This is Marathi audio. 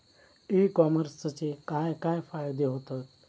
ई कॉमर्सचे काय काय फायदे होतत?